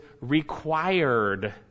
required